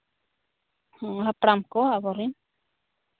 ᱦᱟᱯᱲᱟᱢ ᱠᱚ ᱟᱵᱚᱨᱮᱱ